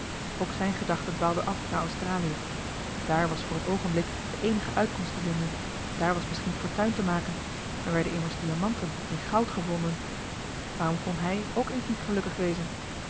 ook zijne gedachten dwaalden af naar australië daar was voor het oogenblik de eenige uitkomst te vinden daar was misschien fortuin te maken er werden immers diamanten en goud gevonden waarom kon hij ook eens niet gelukkig wezen